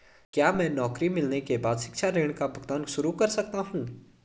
क्या मैं नौकरी मिलने के बाद शिक्षा ऋण का भुगतान शुरू कर सकता हूँ?